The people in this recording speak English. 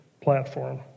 platform